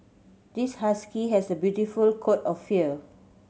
this husky has a beautiful coat of fur